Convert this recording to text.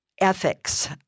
ethics